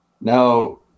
Now